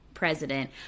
president